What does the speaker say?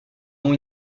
nom